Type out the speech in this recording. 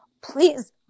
please